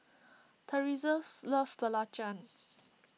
Teressa's loves Belacan